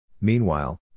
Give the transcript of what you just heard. Meanwhile